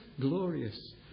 glorious